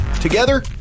Together